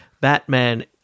Batman